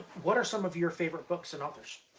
what are some of your favorite books and authors?